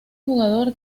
jugador